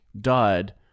died